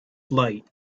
light